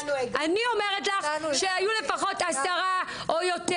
אני אומרת לך שהיו לפחות עשרה או יותר